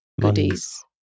goodies